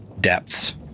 depths